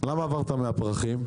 למה עברת מהפרחים?